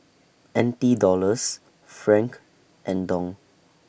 N T Dollars Franc and Dong